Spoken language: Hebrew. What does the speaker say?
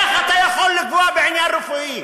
איך אתה יכול לנגוע בעניין רפואי?